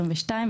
22,